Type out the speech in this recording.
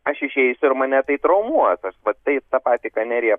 aš išeisiu ir mane tai traumuos aš va tai tą patį ką nerija